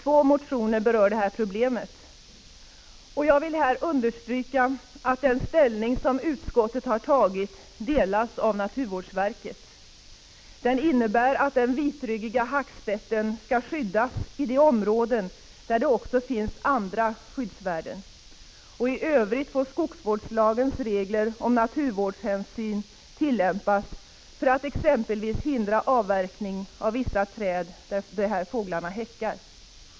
Problemet berörs i två motioner. Jag vill här understryka att den ställning som utskottet har tagit stöds av naturvårdsverket. Den innebär att den vitryggiga hackspetten skall skyddas i de områden där det också finns andra skyddsvärden. I övrigt får skogsvårdslagens regler om naturvårdshänsyn tillämpas för att exempelvis hindra avverkning av vissa träd där dessa fåglar häckar.